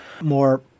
More